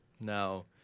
Now